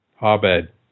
Abed